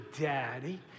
daddy